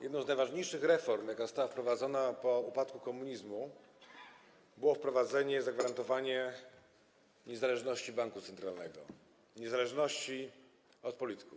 Jedną z najważniejszych reform, jaka została wprowadzona po upadku komunizmu, było zagwarantowanie niezależności banku centralnego, niezależności od polityków.